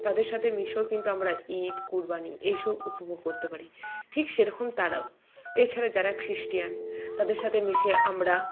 তাদের সাথে মিশেও কিন্তু আমরা ঈদ কুরবানি এই সব উপভোগ করতে পারি ঠিক সেরকম তারাও এছাড়া যারা খ্রিস্টান তাদের সাথে মিশে আমরা